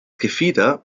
gefieder